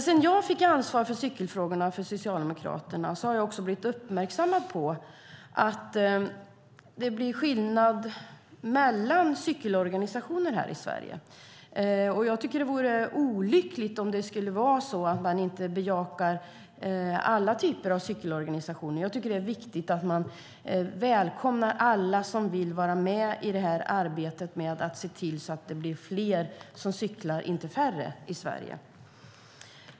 Sedan jag fick ansvar för cykelfrågorna för Socialdemokraterna har jag blivit uppmärksammad på att det är skillnad mellan cykelorganisationer här i Sverige. Det vore olyckligt om det skulle vara så att man inte bejakar alla typer av cykelorganisationer. Det är viktigt att man välkomnar alla som vill vara med i arbetet med att se till att det blir fler som cyklar, inte färre, i Sverige.